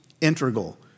integral